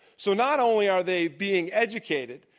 so not only are they being educated,